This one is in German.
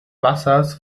wassers